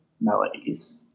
melodies